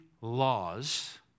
laws